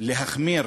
להחמיר